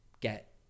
get